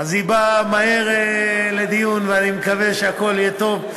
היא באה מהר לדיון, ואני מקווה שהכול יהיה טוב.